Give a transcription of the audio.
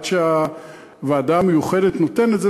עד שהוועדה המיוחדת נותנת,